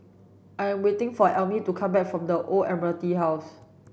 I am waiting for Elmire to come back from the Old Admiralty House